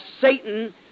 Satan